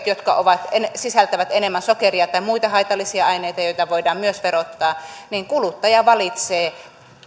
jotka sisältävät enemmän sokeria tai muita haitallisia aineita joita voidaan myös verottaa kuluttaja valitsee